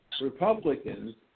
Republicans